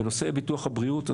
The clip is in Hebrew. בנושא ביטוח הבריאות,